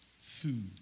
Food